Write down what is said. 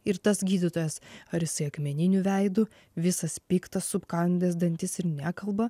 ir tas gydytojas ar jisai akmeniniu veidu visas piktas sukandęs dantis ir nekalba